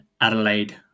Adelaide